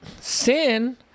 sin